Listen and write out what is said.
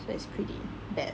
that's pretty bad